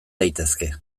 daitezke